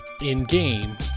in-game